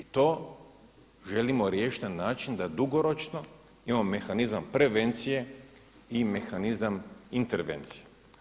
I to želimo riješiti na način da dugoročno imamo mehanizam prevencije i mehanizam intervencije.